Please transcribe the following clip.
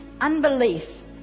unbelief